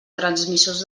transmissors